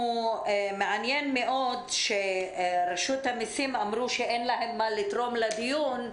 מעניין מאוד שרשות המסים אמרו שאין להם מה לתרום לדיון,